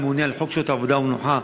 הממונה על חוק שעות העבודה והמנוחה,